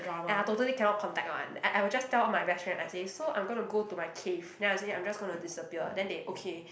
ya totally cannot contact one I I will just tell all my best friend I say so I'm gonna go to my cave then I say I'm just gonna disappear then they okay